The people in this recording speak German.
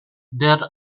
der